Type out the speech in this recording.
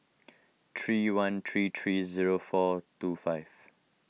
three one three three zero four two five